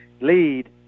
lead